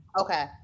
Okay